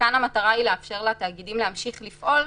כאן המטרה היא לאפשר לתאגידים להמשיך לפעול.